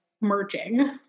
merging